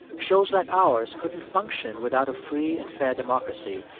shows like ours couldn't function without a free and fair democracy,